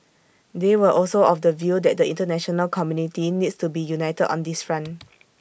they were also of the view that the International community needs to be united on this front